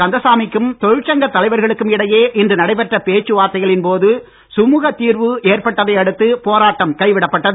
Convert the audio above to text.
கந்தசாமி க்கும் தொழிற்சங்க தலைவர்களுக்கும் இன்று நடைபெற்ற பேச்சு வார்த்தைகளின் போது சுமுகத் தீர்வு ஏற்பட்டதை அடுத்து போராட்டம் கைவிடப்பட்டது